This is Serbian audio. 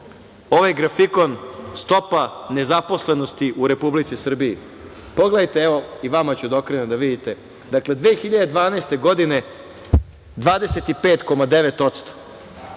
ovo je grafikon stope nezaposlenosti u Republici Srbiji. Pogledate, evo, i vama ću da okrenem da vidite. Dakle, 2012. godine – 25,9%,